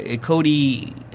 Cody